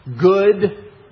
good